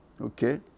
okay